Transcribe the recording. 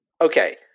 Okay